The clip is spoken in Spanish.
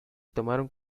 tomaron